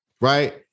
Right